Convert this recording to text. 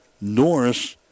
Norris